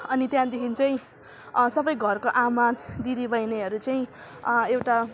अनि त्यहाँदेखि चाहिँ सबै घरको आमा दिदीबहिनीहरू चाहिँ एउटा